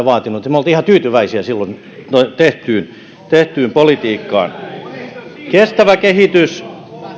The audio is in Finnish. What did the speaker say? vaatinut ja me olimme ihan tyytyväisiä silloin tehtyyn tehtyyn politiikkaan kestävä kehitys